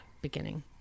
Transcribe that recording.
beginning